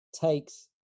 takes